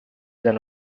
than